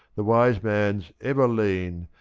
the wise man's ever lean,